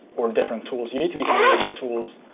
or different tools. you need to be familiar with the tools,